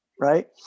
right